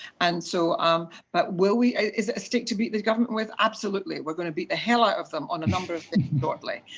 and so um but will we is it a stick to beat the government with? absolutely, we're going to beat the hell out of them on a number of things shortly.